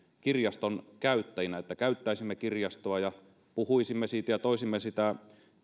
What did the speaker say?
kirjaston käyttäjinä että käyttäisimme kirjastoa ja puhuisimme siitä ja toisimme sitä